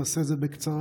אעשה את זה בקצרה,